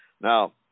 Now